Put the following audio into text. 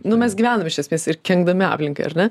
nu mes gyvenam iš esmės ir kenkdami aplinkai ar ne